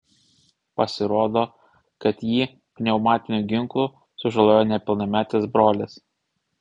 pasirodo kad jį pneumatiniu ginklu sužalojo nepilnametis brolis